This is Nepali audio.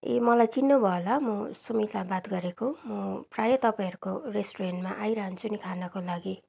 ए मलाई चिन्नुभयो होला म सुमिता बात गरेको म प्रायः तपाईँहरूको रेस्टुरेन्टमा आइरहन्छु नि खानको लागि